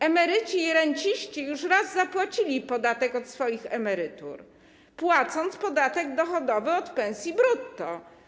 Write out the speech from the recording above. Emeryci i renciści już raz zapłacili podatek od swoich emerytur płacąc podatek dochodowy od pensji brutto.